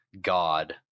God